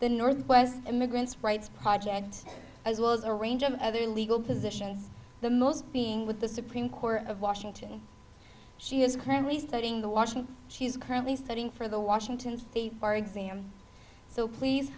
the northwest immigrants rights project as well as a range of other legal position the most being with the supreme court of washington she is currently studying the washing she is currently studying for the washington state bar exam so please